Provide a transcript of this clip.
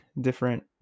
different